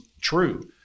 true